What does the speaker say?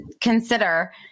consider